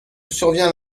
survient